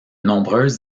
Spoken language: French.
nombreuses